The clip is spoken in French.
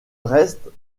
reste